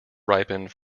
ripened